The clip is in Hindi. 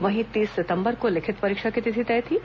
वहीं तीस सितंबर को लिखित परीक्षा की तिथि तय थी